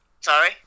Sorry